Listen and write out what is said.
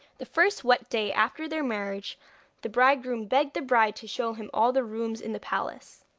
the first wet day after their marriage the bridegroom begged the bride to show him all the rooms in the palace,